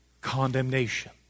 Condemnation